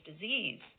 disease